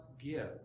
give